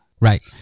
Right